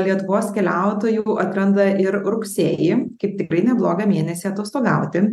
lietuvos keliautojų atranda ir rugsėjį kaip tikrai neblogą mėnesį atostogauti